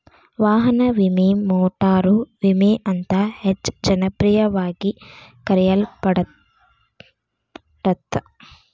ವಾಹನ ವಿಮೆ ಮೋಟಾರು ವಿಮೆ ಅಂತ ಹೆಚ್ಚ ಜನಪ್ರಿಯವಾಗಿ ಕರೆಯಲ್ಪಡತ್ತ